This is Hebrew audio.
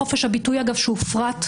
חופש הביטוי שהופרט,